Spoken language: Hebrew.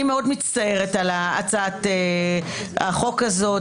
אני מאוד מצטערת על הצעת החוק הזאת,